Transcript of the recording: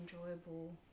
enjoyable